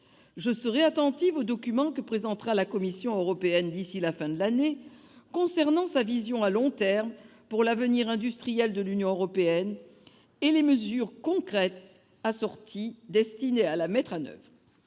Je serai attentive au document que présentera la Commission européenne d'ici à la fin de l'année concernant sa vision à long terme pour l'avenir industriel de l'Union européenne et les mesures concrètes assorties, destinées à la mettre en oeuvre.